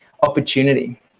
opportunity